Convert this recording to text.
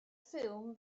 ffilm